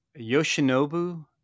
Yoshinobu